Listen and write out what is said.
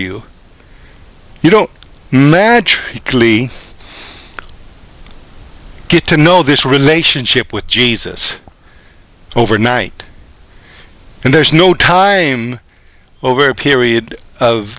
you you don't know clea get to know this relationship with jesus overnight and there's no time over a period of